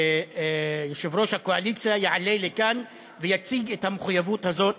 ויושב-ראש הקואליציה יעלה לכאן ויציג את המחויבות הזאת